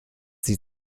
sie